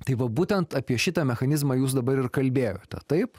tai va būtent apie šitą mechanizmą jūs dabar ir kalbėjote taip